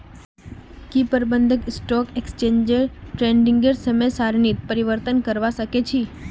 की प्रबंधक stock exchange ट्रेडिंगेर समय सारणीत परिवर्तन करवा सके छी